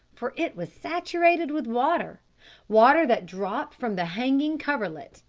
for it was saturated with water water that dropped from the hanging coverlet,